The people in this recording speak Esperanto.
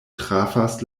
trafas